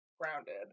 grounded